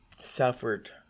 suffered